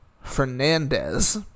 fernandez